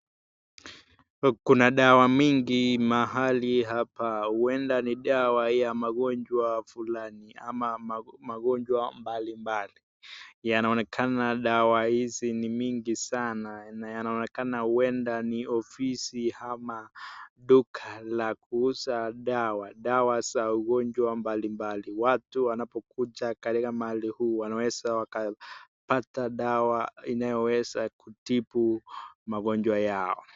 Kuna dawa mingi mahali hapa, huenda ni dawa ya magonjwa fulani ama magonjwa mbalimbali. Yanaonekana dawa hizi ni mingi sana na yanaonekana huenda ni ofisi ama duka la kuuza dawa. Dawa za ugonjwa mbalimbali. Watu wanapokuja katika mahali huu, wanaweza wakapata dawa inayoweza kutibu magonjwa yao.